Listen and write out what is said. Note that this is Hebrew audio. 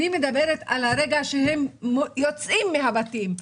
אלא אני מדברת על הרגע שהן יוצאות מהבתים,